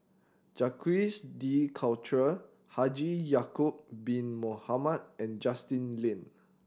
Jacques De Coutre Haji Ya'acob Bin Mohamed and Justin Lean